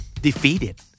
Defeated